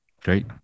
Great